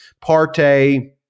parte